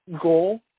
goal